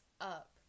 up